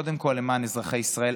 קודם כול למען אזרחי ישראל.